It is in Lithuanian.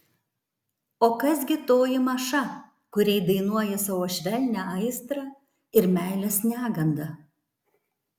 o kas gi toji maša kuriai dainuoji savo švelnią aistrą ir meilės negandą